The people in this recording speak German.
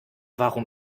warum